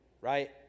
right